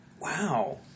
Wow